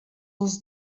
els